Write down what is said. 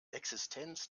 existenz